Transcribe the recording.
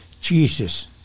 Jesus